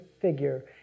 figure